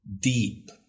deep